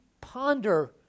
ponder